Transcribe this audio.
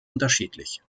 unterschiedlich